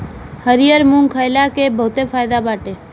हरिहर मुंग खईला के बहुते फायदा बाटे